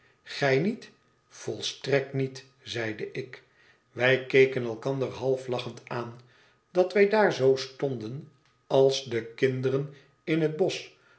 gij niet volstrekt niet zeide ik wij keken elkander half lachend aan dat wij daar zoo stonden als de kinderen in het bosch